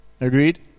Agreed